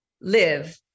live